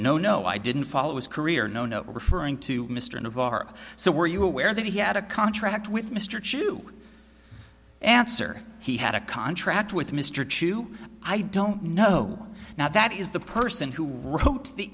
no no i didn't follow his career no no referring to mr navarro so were you aware that he had a contract with mr chu answer he had a contract with mr chu i don't know now that is the person who wrote the